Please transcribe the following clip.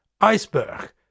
iceberg